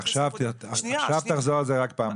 בכנסת --- אבל עכשיו תחזור על זה רק פעם אחת.